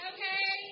Okay